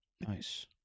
Nice